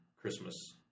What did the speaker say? christmas